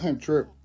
True